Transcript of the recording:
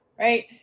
Right